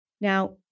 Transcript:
Now